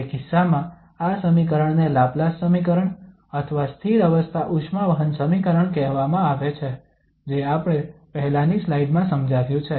તે કિસ્સામાં આ સમીકરણને લાપ્લાસ સમીકરણ અથવા સ્થિર અવસ્થા ઉષ્મા વહન સમીકરણ કહેવામાં આવે છે જે આપણે પહેલાની સ્લાઇડમાં સમજાવ્યું છે